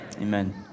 Amen